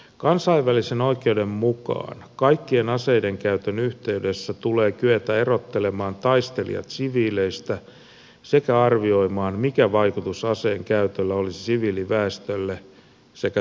kansainvälisen oikeuden mukaan kaikkien aseiden käytön yhteydessä tulee kyetä erottelemaan taistelijat siviileistä sekä arvioimaan mikä vaikutus aseen käytöllä olisi siviiliväestölle sekä siviilikohteille